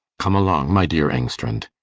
come along, my dear engstrand.